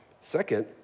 Second